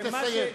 תסיים.